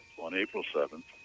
on april seventh,